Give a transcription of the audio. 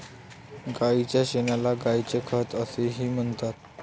गायीच्या शेणाला गायीचे खत असेही म्हणतात